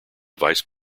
vice